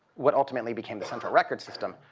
what ultimately became the central records system.